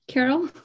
Carol